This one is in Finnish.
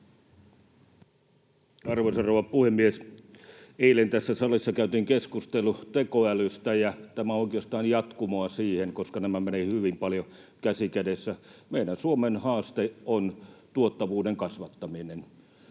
Arvoisa rouva puhemies! Eilen tässä salissa käytiin keskustelu tekoälystä, ja tämä on oikeastaan jatkumoa siihen, koska nämä menevät hyvin paljon käsi kädessä. Meidän Suomen haaste on tuottavuuden kasvattaminen